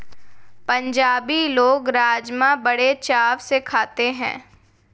पंजाबी लोग राज़मा बड़े चाव से खाते हैं